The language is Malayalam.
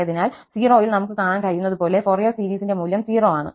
അതിനാൽ 0 ൽ നമുക്ക് കാണാൻ കഴിയുന്നതുപോലെ ഫോറിയർ സീരീസിന്റെ മൂല്യം 0 ആണ്